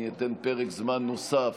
אני אתן פרק זמן נוסף,